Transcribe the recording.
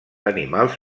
animals